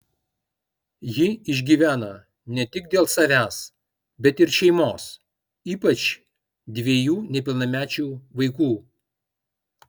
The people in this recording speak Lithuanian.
ji išgyvena ne tik dėl savęs bet ir šeimos ypač dviejų nepilnamečių vaikų